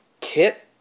Kit